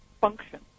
function